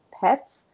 pets